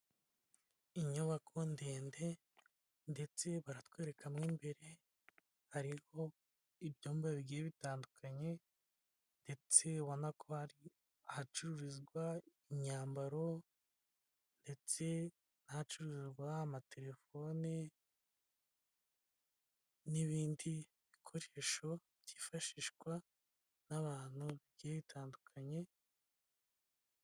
Inyubako ndende ndetse baratwereka mo imbere, harimo ibyumba bigiye bitandukanye ndetse ubona ko hari ahacururizwa imyambaro ndetse n'ahacururizwa amatelefoni, n'ibindi bikoresho byifashishwa n'abantu bigiye bitandukanye,...